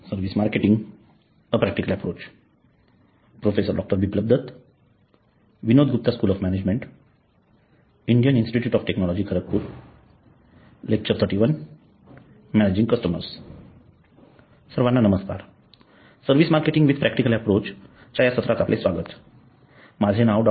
सर्वांना नमस्कार service marketing with practical approach या सत्रात आपले स्वागत माझे नाव डॉ